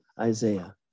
Isaiah